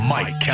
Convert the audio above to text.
Mike